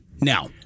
Now